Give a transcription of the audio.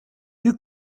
you